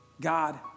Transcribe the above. God